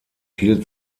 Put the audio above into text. hielt